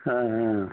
ஆ ஆ